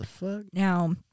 Now